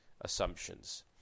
assumptions